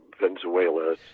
Venezuela